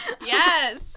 Yes